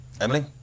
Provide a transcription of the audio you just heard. Emily